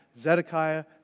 Zedekiah